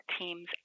teams